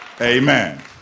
Amen